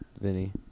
Vinny